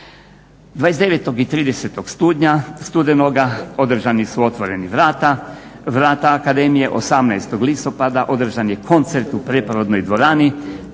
29. i 30. studenoga održani su otvoreni vrata akademije, 18. listopada održan je koncert u preporodnoj dvorani